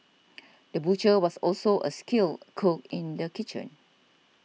the butcher was also a skilled cook in the kitchen